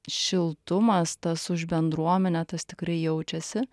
šiltumas tas už bendruomenę tas tikrai jaučiasi